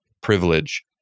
privilege